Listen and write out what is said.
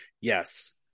Yes